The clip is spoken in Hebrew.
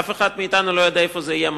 אף אחד מאתנו לא יודע איפה זה יהיה מחר.